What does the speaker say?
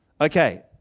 Okay